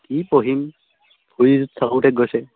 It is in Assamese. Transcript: কি পঢ়িম ফুৰি থাকোতে গৈছে